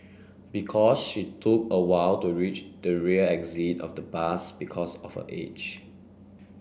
because she took a while to reach the rear exit of the bus because of her age